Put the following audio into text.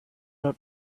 out